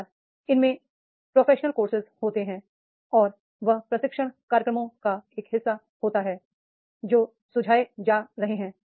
कई बार इसमें व्यावसायिक पाठ्यक्रम प्रोफेशनल कोर्सेज होते हैं और वह प्रशिक्षण कार्यक्रमों का एक हिस्सा होता है जो सुझाए जा रहे हैं